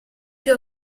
più